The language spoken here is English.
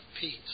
peace